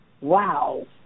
Wow